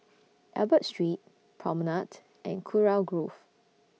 Albert Street Promenade and Kurau Grove